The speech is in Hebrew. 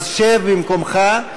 שב במקומך.